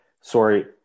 sorry